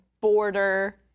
border